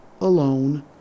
alone